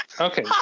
Okay